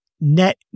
net